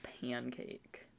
pancake